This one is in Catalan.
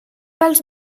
pels